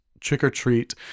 trick-or-treat